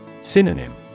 Synonym